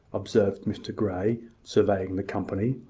observed mr grey, surveying the company.